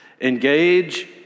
Engage